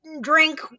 drink